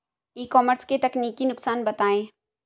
ई commerce के तकनीकी नुकसान बताएं?